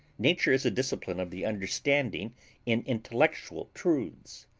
nature is a discipline of the understanding in intellectual truths.